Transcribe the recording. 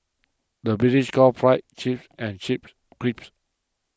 the British calls Fries Chips and Chips Crisps